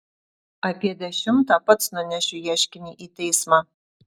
apie dešimtą pats nunešiu ieškinį į teismą